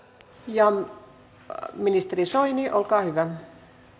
ministeri soini olkaa hyvä